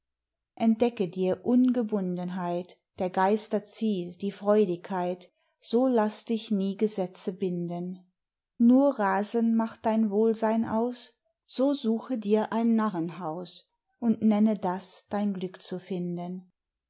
entdecke dir ungebundenheit der geister ziel die freudigkeit so laß dich nie gesetze binden nur rasen macht dein wohlsein aus bezeuch das erste narrenhaus und nenne das dein glück zu finden